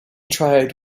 tried